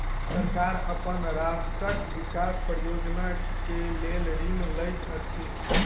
सरकार अपन राष्ट्रक विकास परियोजना के लेल ऋण लैत अछि